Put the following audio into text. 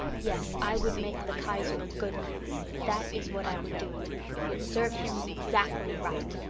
yes, i would make the kaiser a good man that is what i would do it would serve him zackly right.